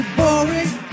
boring